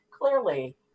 clearly